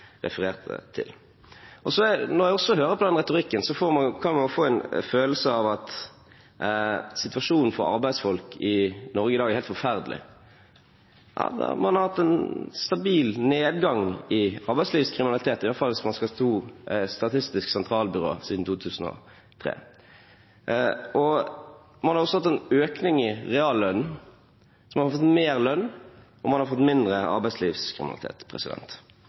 refererte til. Når man hører på den retorikken, kan man få en følelse av at situasjonen for arbeidsfolk i Norge i dag er helt forferdelig. Man har hatt en stabil nedgang i arbeidslivskriminalitet – iallfall hvis man skal tro Statistisk sentralbyrå – siden 2003. Man har også hatt en økning i reallønnen, så man har fått mer lønn og